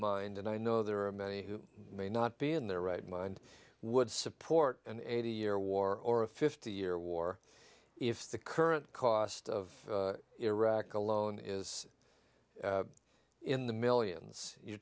mind and i know there are many who may not be in their right mind would support an eighty year war or a fifty year war if the current cost of iraq alone is in the millions you're